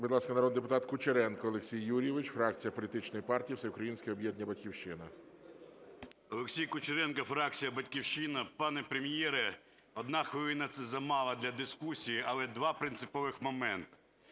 Будь ласка, народний депутат Кучеренко Олексій Юрійович, фракція політичної партії "Всеукраїнське об'єднання "Батьківщина". 11:25:07 КУЧЕРЕНКО О.Ю. Олексій Кучеренко, фракція "Батьківщина". Пане Прем'єре, 1 хвилина – це замало для дискусії, але два принципових моменти.